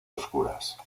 oscuras